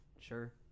Sure